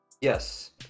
yes